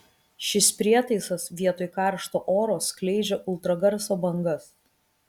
šis prietaisas vietoj karšto oro skleidžia ultragarso bangas